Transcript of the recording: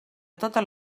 totes